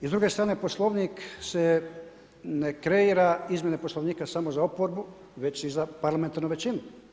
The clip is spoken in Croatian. I s druge strane, Poslovnik se ne kreira, izmjene Poslovnika samo za oporbu, već i za parlamentarnu većinu.